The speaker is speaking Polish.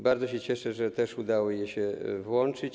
Bardzo się cieszę, że też udało się je włączyć.